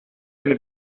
eine